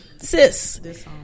sis